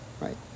right